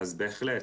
אז בהחלט,